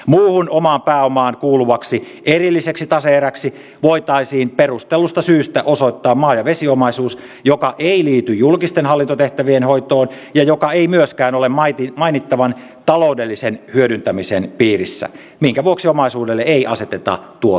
muuhun omaan pääomaan kuuluvaksi erilliseksi tase eräksi voitaisiin perustellusta syystä osoittaa maa ja vesiomaisuus joka ei liity julkisten hallintotehtävien hoitoon ja joka ei myöskään ole mainittavan taloudellisen hyödyntämisen piirissä minkä vuoksi omaisuudelle ei aseteta tuottovaadetta